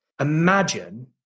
imagine